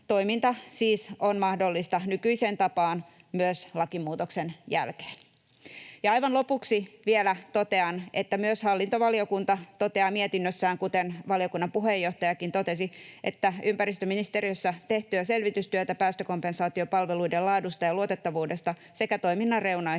toiminta siis on mahdollista nykyiseen tapaan myös lakimuutoksen jälkeen. Ja aivan lopuksi vielä totean, että myös hallintovaliokunta toteaa mietinnössään, kuten valiokunnan puheenjohtajakin totesi, että ympäristöministeriössä tehtyä selvitystyötä päästökompensaatiopalveluiden laadusta ja luotettavuudesta sekä toiminnan reunaehdoista